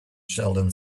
sheldon